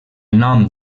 nom